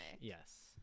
Yes